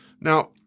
Now